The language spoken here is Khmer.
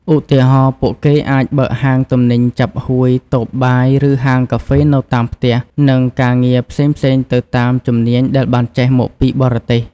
ឧទាហរណ៍ ពួកគេអាចបើកហាងលក់ទំនិញចាប់ហួយ តូបបាយ ឬហាងកាហ្វេនៅតាមផ្ទះ និងការងារផ្សេងៗទៅតាមជំនាញដែលបានចេះមកពីបរទេស។